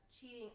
cheating